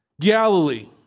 Galilee